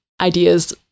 ideas